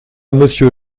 monsieur